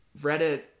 Reddit